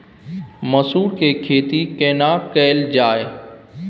मसूर के खेती केना कैल जाय?